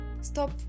stop